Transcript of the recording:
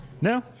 No